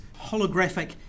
holographic